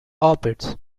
orbits